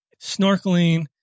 snorkeling